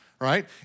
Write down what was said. Right